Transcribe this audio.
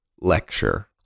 Lecture